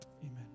Amen